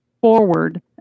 forward